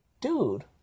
dude